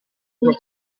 sito